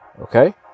Okay